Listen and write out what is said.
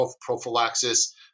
prophylaxis